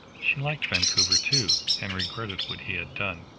she liked vancouver too, and regretted what he had done.